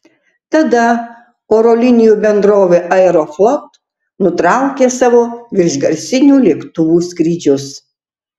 tada oro linijų bendrovė aeroflot nutraukė savo viršgarsinių lėktuvų skrydžius